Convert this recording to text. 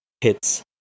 hits